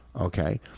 Okay